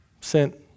sent